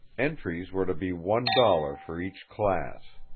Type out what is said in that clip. entries were to be one dollar for each class.